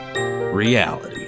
Reality